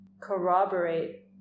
corroborate